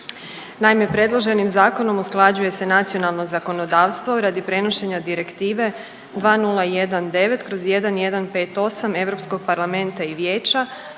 Naime, predloženim zakonom usklađuje se nacionalno zakonodavstvo radi prenošenja Direktive 2019/1158 Europskog parlamenta i vijeća